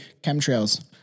chemtrails